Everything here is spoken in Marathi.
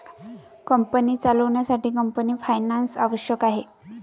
कंपनी चालवण्यासाठी कंपनी फायनान्स आवश्यक आहे